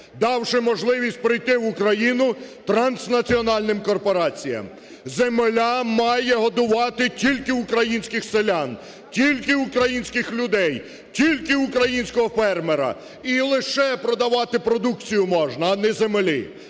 давши можливість прийти в Україну транснаціональним корпораціям. Земля має годувати тільки українських селян, тільки українських людей, тільки українського фермера і лише продавати продукцію можна, а не землі,